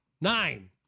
nine